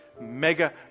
mega